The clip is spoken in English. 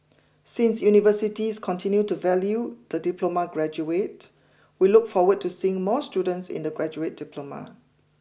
since universities continue to value the diploma graduate we look forward to seeing more students in the graduate diploma